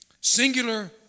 Singular